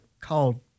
called